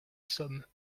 sommes